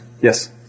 Yes